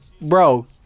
bro